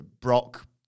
Brock